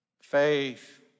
Faith